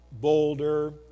boulder